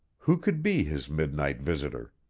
who could be his midnight visitor?